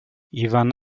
ivan